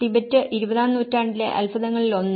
Tibet ഇരുപതാം നൂറ്റാണ്ടിലെ അത്ഭുതങ്ങളിൽ ഒന്ന്